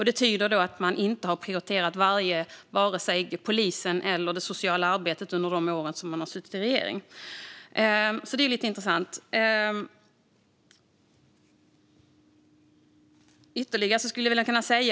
Det tyder på att man inte har prioriterat vare sig polisen eller det sociala arbetet under de år man suttit i regering. Det är lite intressant.